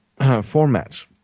formats